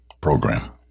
program